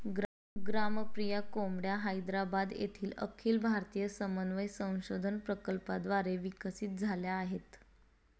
ग्रामप्रिया कोंबड्या हैदराबाद येथील अखिल भारतीय समन्वय संशोधन प्रकल्पाद्वारे विकसित झाल्या आहेत